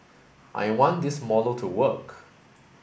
I want this model to work